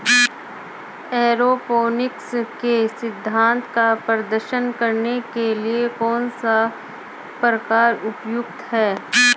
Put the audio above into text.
Aeroponics के सिद्धांत का प्रदर्शन करने के लिए कौन सा प्रकार उपयुक्त है?